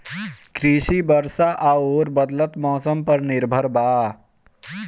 कृषि वर्षा आउर बदलत मौसम पर निर्भर बा